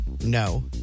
No